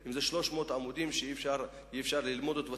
עם 300 עמודים שאי-אפשר ללמוד אותם,